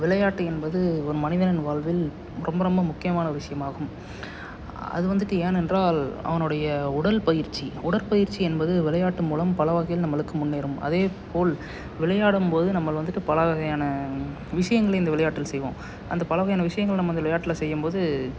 விளையாட்டு என்பது ஒரு மனிதனின் வாழ்வில் ரொம்ப ரொம்ப முக்கியமான ஒரு விஷயமாகும் அது வந்துட்டு ஏன் என்றால் அவனுடைய உடல் பயிற்சி உடற்பயிற்சி என்பது விளையாட்டு மூலம் பலவகையில் நம்மளுக்கு முன்னேறும் அதைப்போல் விளையாடும்போது நம்ம வந்துட்டு பல வகையான விஷயங்களை இந்த விளையாட்டில் செய்வோம் அந்த பல வகையான விஷயங்கள நம்ம இந்த விளையாட்டில் செய்யும்போது